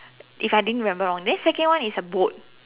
if I didn't remember wrongly then second one is a boat